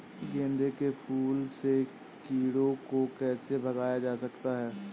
गेंदे के फूल से कीड़ों को कैसे भगाया जा सकता है?